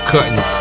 Cutting